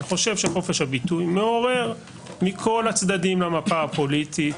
חופש הביטוי מעורר מכל הצדדים במפה הפוליטית